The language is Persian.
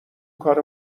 کار